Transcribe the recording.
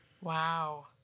Wow